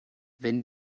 wenn